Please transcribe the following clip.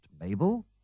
Mabel